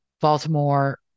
Baltimore